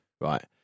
Right